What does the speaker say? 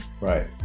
Right